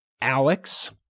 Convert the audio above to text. alex